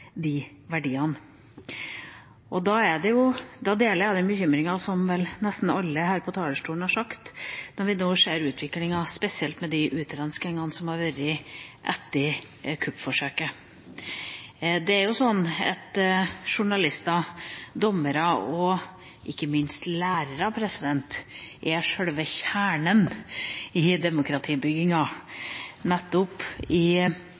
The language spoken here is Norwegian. de verdiene. Jeg deler den bekymringen som nesten alle som har vært på talerstolen, har uttrykt, når vi nå ser utviklingen, spesielt med de utrenskningene som har vært etter kuppforsøket. Journalister, dommere og ikke minst lærere er sjølve kjernen i